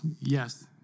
yes